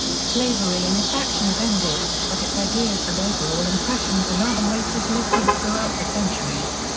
slavery in its actions ended, but its ideas and overall impressions on other races lived on throughout the centuries.